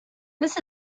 this